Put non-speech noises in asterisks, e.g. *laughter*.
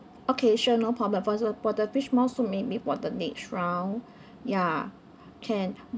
okay sure no problem for the for the fish maw soup maybe for the next round *breath* ya can *breath*